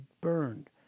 burned